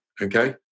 okay